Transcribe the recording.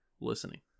listening